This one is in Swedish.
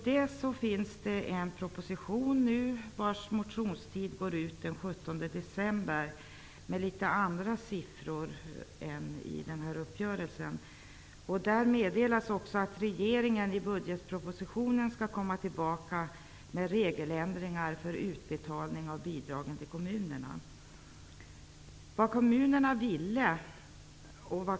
Det finns en proposition, vars motionstid går ut den 17 december, som innehåller litet andra siffror än den här uppgörelsen. Där meddelas att regeringen i budgetpropositionen skall komma tillbaka med regeländringar för utbetalning av bidragen till kommunerna.